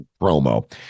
promo